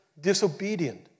disobedient